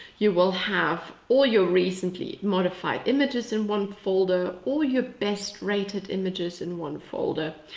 you will have all your recently modified images in one folder. all your best rated images in one folder,